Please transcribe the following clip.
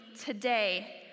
today